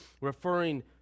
referring